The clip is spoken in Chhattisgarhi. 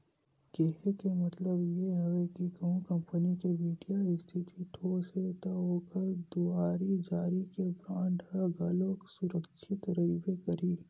केहे के मतलब ये हवय के कहूँ कंपनी के बित्तीय इस्थिति ठोस हे ता ओखर दुवारी जारी के बांड ह घलोक सुरक्छित रहिबे करही